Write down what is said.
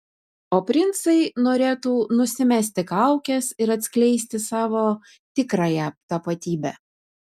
o princai norėtų nusimesti kaukes ir atskleisti savo tikrąją tapatybę